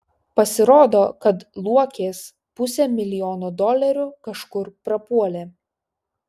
pasirodo kad luokės pusė milijono dolerių kažkur prapuolė